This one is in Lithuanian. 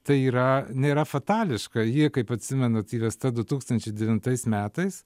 tai yra nėra fatališka ji kaip atsimenat įvesta du tūkstančiai devintais metais